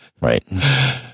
Right